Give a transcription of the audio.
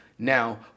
Now